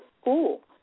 school